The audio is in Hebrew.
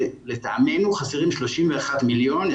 לטעמנו חסרים 31 מיליון,